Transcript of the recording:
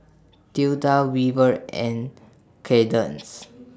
Tilda Weaver and Cadence